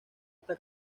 esta